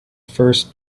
first